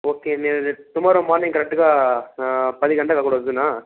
okay నేను రేపు tomorrow morning కరెక్ట్గా పది గంటలకు అప్పుడు వద్దునా